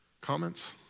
comments